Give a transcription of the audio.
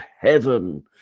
heaven